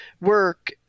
work